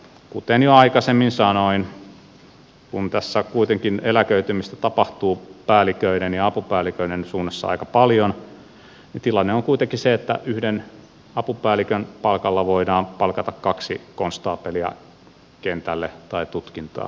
kuten jo aikaisemmin sanoin kun tässä kuitenkin eläköitymistä tapahtuu päälliköiden ja apupäälliköiden suunnassa aika paljon niin tilanne on kuitenkin se että yhden apupäällikön palkalla voidaan palkata kaksi konstaapelia kentälle tai tutkintaan